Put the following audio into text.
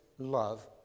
Love